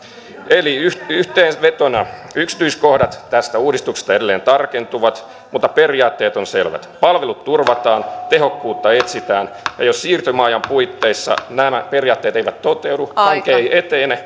eli yhteenvetona yksityiskohdat tästä uudistuksesta edelleen tarkentuvat mutta periaatteet ovat selvät palvelut turvataan tehokkuutta etsitään ja jos siirtymäajan puitteissa nämä periaatteet eivät toteudu hanke ei etene